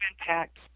impact